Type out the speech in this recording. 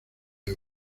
hoy